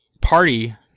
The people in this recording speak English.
party